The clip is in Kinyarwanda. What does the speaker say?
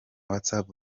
whatsapp